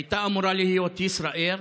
היא הייתה אמורה להיות של ישראייר,